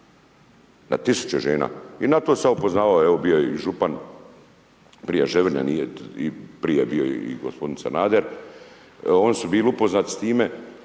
na tisuće žena. I na to sam ja upozoravao, evo bio je župan prije Ževrnja nije i prije je bio i gospodin Sanader. Oni su bili upoznati s time.